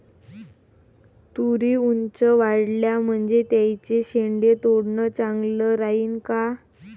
तुरी ऊंच वाढल्या म्हनजे त्याचे शेंडे तोडनं चांगलं राहीन का?